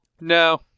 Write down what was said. No